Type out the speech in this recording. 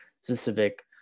specific